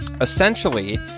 essentially